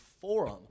forum